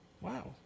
Wow